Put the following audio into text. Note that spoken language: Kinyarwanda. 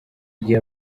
gihe